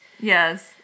Yes